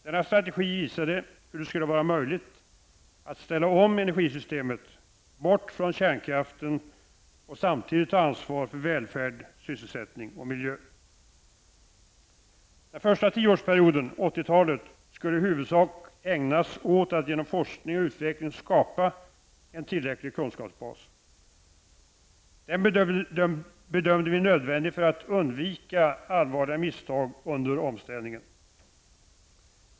Denna strategi visade hur det skulle vara möjligt att ställa om energisystemet bort från kärnkraften och samtidigt ta ansvar för välfärd, sysselsättning och miljö. Den första tioårsperioden, 80-talet, skulle i huvudsak ägnas åt att med hjälp av forskning och utveckling skapa en tillräcklig kunskapsbas. Den bedömde vi som nödvändig för att undvika allvarliga misstag under omställningen.